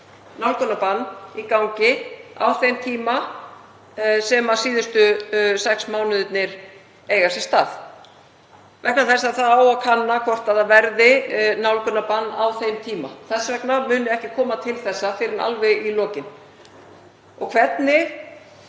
nálgunarbann í gangi á þeim tíma, á þessum síðustu sex mánuðum, vegna þess að það á að kanna hvort það verði nálgunarbann á þeim tíma. Þess vegna muni ekki koma til þessa fyrr en alveg í lokin. Og hvernig